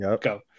go